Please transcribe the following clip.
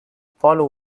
polo